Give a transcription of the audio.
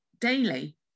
daily